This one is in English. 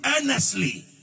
earnestly